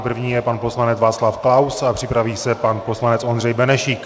První je pan poslanec Václav Klaus a připraví se pan poslanec Ondřej Benešík.